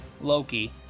Loki